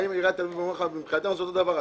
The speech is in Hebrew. באה עיריית תל אביב ואומרת לך: מבחינתנו זה אותו דבר.